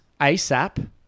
ASAP